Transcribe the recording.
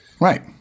Right